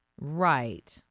Right